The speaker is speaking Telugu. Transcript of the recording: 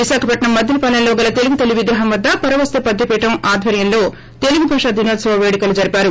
విశాఖపట్నం మద్దిలపాలెంలో గల తెలుగుతల్లి విగ్రహం వద్ద పరవస్తు పద్యపీరం ఆధ్వర్యంలో తెలుగు భాషా దినోత్సవ పేడుకలు జరిపారు